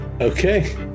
Okay